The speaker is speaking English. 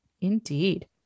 indeed